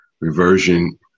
reversion